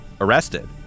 arrested